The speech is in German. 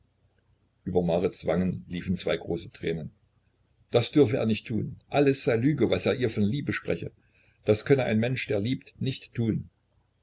über marits wangen liefen zwei große tränen das dürfe er nicht tun alles sei lüge was er ihr von liebe spreche das könne ein mensch der liebt nicht tun